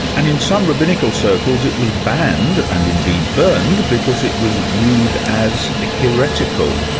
and in some rabbinical circles it was banned, and indeed burned, because it was viewed as heretical.